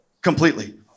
completely